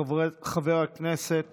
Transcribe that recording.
חבר הכנסת